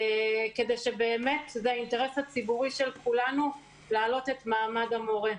זה האינטרס הציבורי של כולנו להעלות את מעמד המורה.